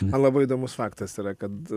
na labai įdomus faktas yra kad